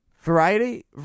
Variety